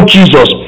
Jesus